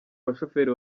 bashoferi